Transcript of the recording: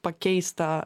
pakeis tą